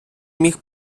міг